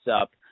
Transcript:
up